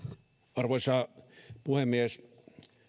arvoisa puhemies